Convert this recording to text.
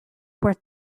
worth